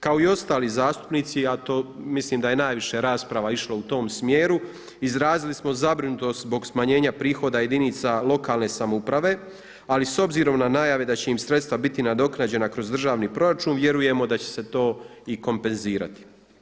Kao i ostali zastupnici, a mislim da je najviše rasprava išlo u tom smjeru, izrazili smo zabrinutost zbog smanjenja prihoda jedinica lokalne samouprave, ali s obzirom na najave da će im sredstva biti nadoknađenja kroz državni proračun, vjerujem da će se to i kompenzirati.